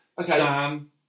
Sam